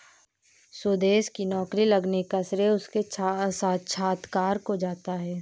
सुदेश की नौकरी लगने का श्रेय उसके साक्षात्कार को जाता है